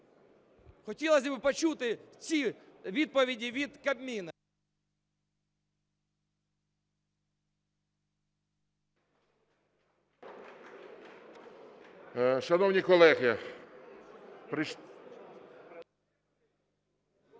Хотілось би почути ці відповіді від Кабміну.